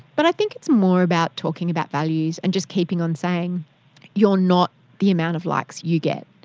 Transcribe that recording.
but i think it's more about talking about values and just keeping on saying you are not the amount of likes you get.